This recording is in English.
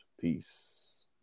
Peace